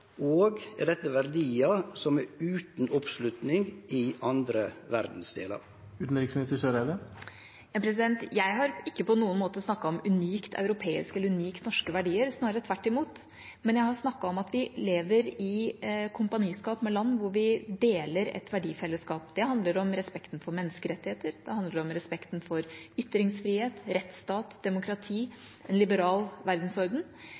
tid går dette verdifellesskapet? Og er dette verdiar som er utan oppslutning i andre verdsdelar? Jeg har ikke på noen måte snakket om unikt europeiske eller unikt norske verdier – snarere tvert imot. Men jeg har snakket om at vi lever i kompaniskap med land som vi deler et verdifellesskap med. Det handler om respekten for menneskerettighetene, ytringsfriheten, rettsstaten, demokratiet og en liberal verdensorden. Men det